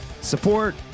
support